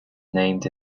named